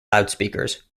loudspeakers